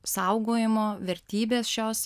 saugojimo vertybės šios